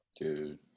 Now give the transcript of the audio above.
Dude